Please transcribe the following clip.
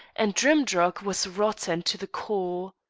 and drimdarroch was rotten to the core.